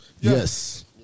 Yes